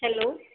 hello